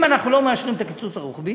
אם אנחנו לא מאשרים את הקיצוץ הרוחבי